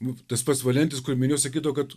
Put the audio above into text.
nu tas pats valietis kur minėdavau sakydavo kad